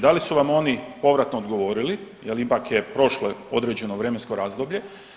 Da li su vam oni povratno odgovorili jer ipak je prošlo određeno vremensko razdoblje?